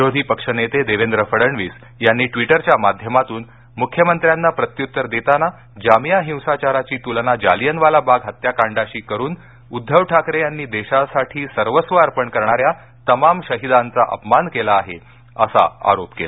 विरोधी पक्षनेते देवेंद्र फडणवीस यांनी ट्विटरच्या माध्यमातून मुख्यमंत्र्यांना प्रत्युत्तर देताना जामिया हिंसाचाराची तुलना जालियनवाला बाग हत्याकांडाशी करून उद्धव ठाकरे यांनी देशासाठी सर्वस्व अर्पण करणाऱ्या तमाम शहिदांचा अपमान केला आहे असा आरोप केला